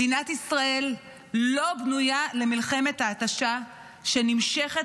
מדינת ישראל לא בנויה למלחמת ההתשה שנמשכת